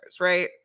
right